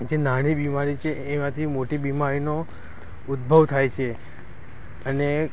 જે નાની બીમારી છે એમાંથી મોટી બીમારીનો ઉદ્ભવ થાય છે અને